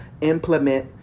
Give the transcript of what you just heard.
implement